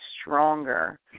stronger